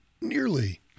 nearly